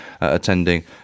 attending